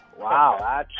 Wow